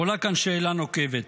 ועולה כאן שאלה נוקבת.